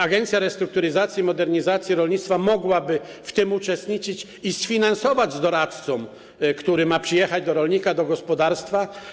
Agencja Restrukturyzacji i Modernizacji Rolnictwa mogłaby w tym uczestniczyć i sfinansować pomoc doradcy, który ma przyjechać do rolnika do gospodarstwa.